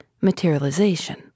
materialization